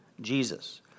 Jesus